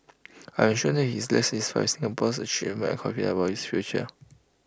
I am sure that he left satisfied with Singapore's achievements and confident about its future